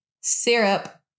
syrup